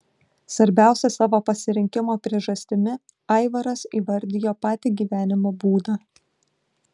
svarbiausia savo pasirinkimo priežastimi aivaras įvardijo patį gyvenimo būdą